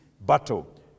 battle